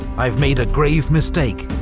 i've made a grave mistake,